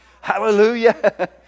Hallelujah